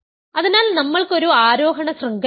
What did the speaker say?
അതിനാൽ നമ്മൾക്ക് ഒരു ആരോഹണ ശൃംഖലയുണ്ട്